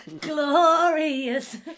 Glorious